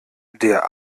der